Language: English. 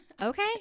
Okay